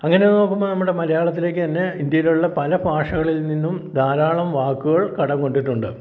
അങ്ങനെ നോക്കുമ്പോൾ നമ്മുടെ മലയാളത്തിലേക്കു തന്നെ ഇന്ത്യയിലുള്ള പല ഭാഷകളിൽ നിന്നും ധാരാളം വാക്കുകൾ കടം കൊണ്ടിട്ടുണ്ട്